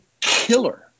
killer